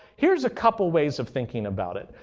here's a couple ways of thinking about it.